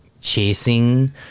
chasing